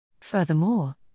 Furthermore